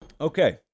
Okay